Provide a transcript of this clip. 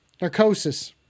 Narcosis